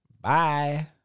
Bye